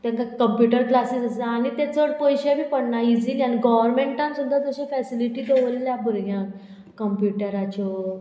तेंकां computer classes आसा आनी ते चड पयशे बी पडना इजिली आनी गोवोरमेंटान सुद्दां तशे फेसिलिटी दवरल्या भुरग्यांक कंप्युटराच्यो